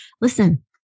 Listen